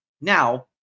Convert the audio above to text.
Now